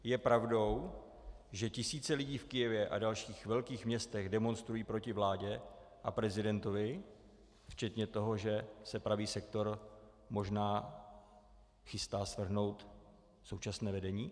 Je pravdou, že tisíce lidí v Kyjevě a dalších velkých městech demonstrují proti vládě a prezidentovi, včetně toho, že se Pravý sektor možná chystat svrhnout současné vedení?